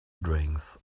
drinks